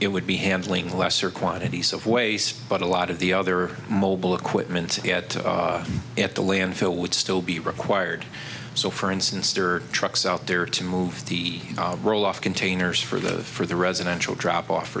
it would be handling lesser quantities of waste but a lot of the other mobile equipment to get at the landfill would still be required so for instance or trucks out there to move the roll off containers for the for the residential drop off